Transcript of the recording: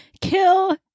kill